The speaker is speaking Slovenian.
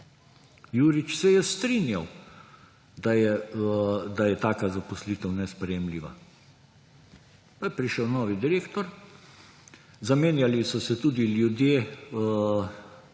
Jurič se je strinjal, da je taka zaposlitev nesprejemljiva. Pa je prišel novi direktor, zamenjali so se tudi ljudje